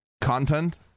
content